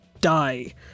die